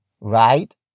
right